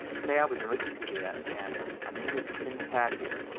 say i was in wikipedia, and i'm in this pinned tab here,